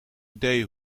idee